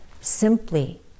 simply